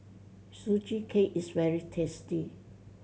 Sugee Cake is very tasty